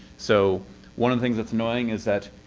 so one of the things that's annoying is that.